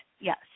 yes